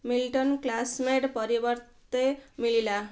Milton classmate ପରିବର୍ତ୍ତେ ମିଳିଲା